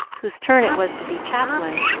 whose turn it was to be chaplain,